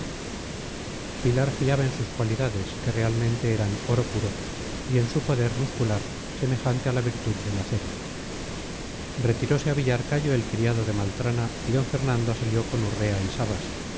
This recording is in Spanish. pilar fiaba en sus cualidades que realmente eran oro puro y en su poder muscular semejante a la virtud del acero retirose a villarcayo el criado de maltrana y d fernando salió con urrea y sabas